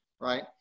right